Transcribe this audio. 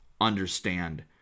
understand